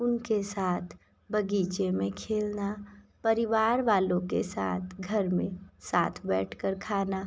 उनके साथ बगीचे में खेलना परिवार वालों के साथ घर में साथ बैठकर खाना